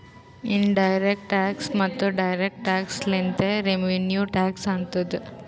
in direct tax ಮತ್ತ direct tax ಲಿಂತೆ revenue tax ಆತ್ತುದ್